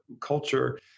culture